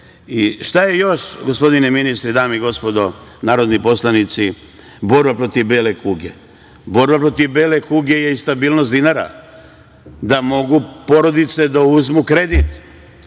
Šta je još, gospodine ministre i dame i gospodo narodni poslanici, borba protiv bele kuge? Borba protiv bele kuge je i stabilnost dinara, da mogu porodice da uzmu kredit.